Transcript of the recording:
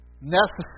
necessary